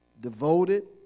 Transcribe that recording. devoted